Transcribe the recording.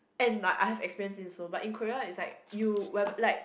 and like I have experienced this also but in Korea it's like you whenever like